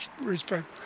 respect